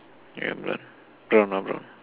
ya blonde blonde ah blonde